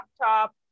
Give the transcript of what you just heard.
laptop